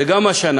וגם השנה